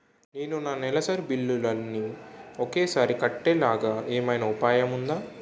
నేను నా నెలసరి బిల్లులు అన్ని ఒకేసారి కట్టేలాగా ఏమైనా ఉపాయం ఉందా?